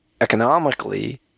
economically